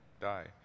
die